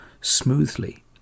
smoothly